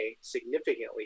significantly